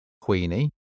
Queenie